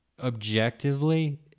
Objectively